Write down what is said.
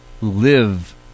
live